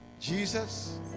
Jesus